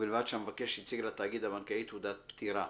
ובלבד שהמבקש הציג לתאגיד הבנקאי תעודת פטירה.